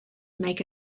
make